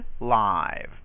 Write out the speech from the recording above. live